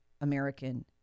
American